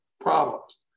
problems